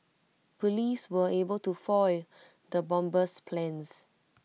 Police were able to foil the bomber's plans